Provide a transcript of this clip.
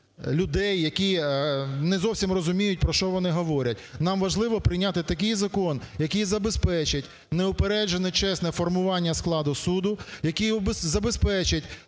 людей, які не зовсім розуміють, про що вони говорять. Нам важливо прийняти такий закон, який забезпечить неупереджено чесне формування складу суду, який забезпечить